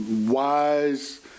wise